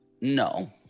no